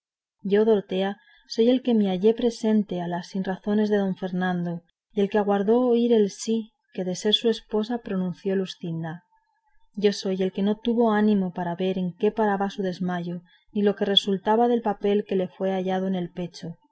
yo teodora soy el que me hallé presente a las sinrazones de don fernando y el que aguardó oír el sí que de ser su esposa pronunció luscinda yo soy el que no tuvo ánimo para ver en qué paraba su desmayo ni lo que resultaba del papel que le fue hallado en el pecho